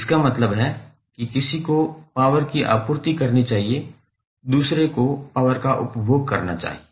इसका मतलब है कि किसी को पावर की आपूर्ति करनी चाहिए दूसरे को पावर का उपभोग करना चाहिए